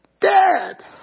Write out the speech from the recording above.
Dad